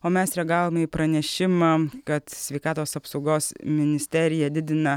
o mes reagavome į pranešimą kad sveikatos apsaugos ministerija didina